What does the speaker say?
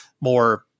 more